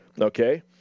okay